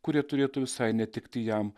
kurie turėtų visai netikti jam